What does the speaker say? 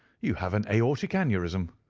you have an aortic aneurism!